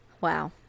wow